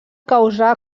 causar